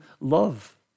love